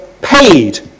paid